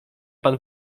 pan